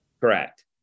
Correct